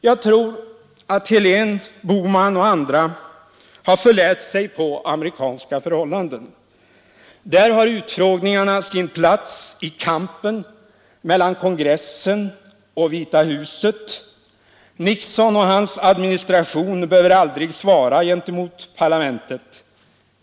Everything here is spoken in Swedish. Jag tror att herr Helén, herr Bohman och andra har förläst sig på amerikanska förhållanden. Där har utfrågningarna sin plats i kampen mellan kongressen och Vita huset. Nixon och hans administration behöver aldrig svara inför parlamentet.